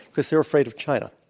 because they're afraid of china.